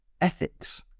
ethics